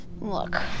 look